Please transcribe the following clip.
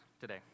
today